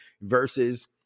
versus